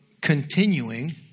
continuing